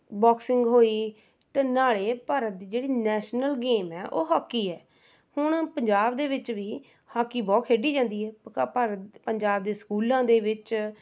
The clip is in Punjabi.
ਬੌਕਸਿੰਗ ਹੋਈ ਅਤੇ ਨਾਲੇ ਭਾਰਤ ਦੀ ਜਿਹੜੀ ਨੈਸ਼ਨਲ ਗੇਮ ਹੈ ਉਹ ਹੋਕੀ ਹੈ ਹੁਣ ਪੰਜਾਬ ਦੇ ਵਿੱਚ ਵੀ ਹੋਕੀ ਬਹੁਤ ਖੇਡੀ ਜਾਂਦੀ ਹੈ ਪਕਾ ਭਾਰਤ ਪੰਜਾਬ ਦੇ ਸਕੂਲਾਂ ਦੇ ਵਿੱਚ